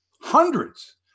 hundreds